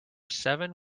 seven